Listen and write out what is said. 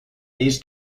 needs